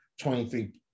23